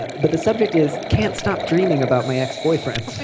but but the subject is can't stop dreaming about my ex-boyfriend.